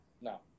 No